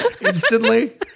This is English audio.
instantly